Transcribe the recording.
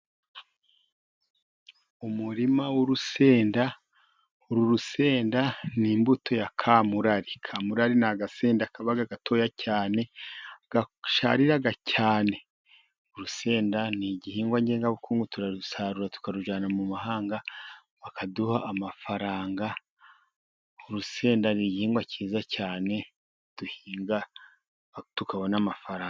Umurima w'urusenda uru rusenda ni imbuto ya kamurari. Kamurari ni agasenda kaba gato cyane gasharirara cyane. Urusenda ni igihingwa ngandurabukungu turarusarura tukarujyana mu mahanga bakaduha amafaranga, urusenda ni igihingwa cyiza cyane duhinga tukabona amafaranga.